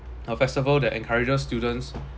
a festival that encourages students